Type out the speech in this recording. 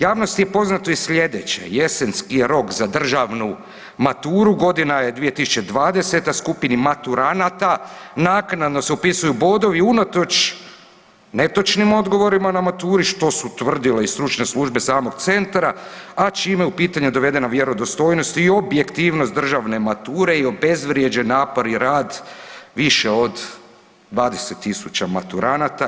Javnosti je poznato i sljedeće, jesenski rok za državnu maturu godina je 2020., skupini maturanata naknadno se upisuju bodovi unatoč netočnim odgovorima na maturi, što su tvrdile stručne službe samog centra, a čime je u pitanje dovedena vjerodostojnost i objektivnost državne mature i obezvrijeđen napor i rad više od 20.000 maturanata.